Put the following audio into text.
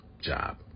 job